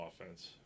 offense